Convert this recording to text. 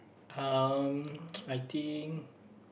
um I think